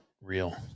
real